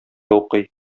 укый